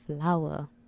flower